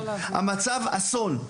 המצב אסון.